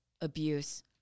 abuse